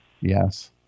yes